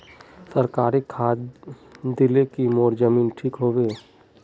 सरकारी खाद दिल की मोर जमीन ठीक होबे?